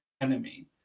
enemy